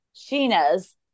Sheena's